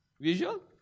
Visual